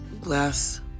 glass